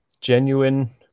genuine